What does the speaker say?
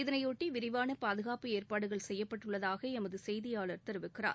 இதனைபொட்டி விரிவாள பாதுகாப்பு ஏற்பாடுகள் செய்யப்பட்டுள்ளதாக எமது செய்தியாளர் தெரிவிக்கிறார்